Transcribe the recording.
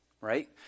Right